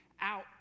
out